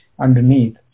underneath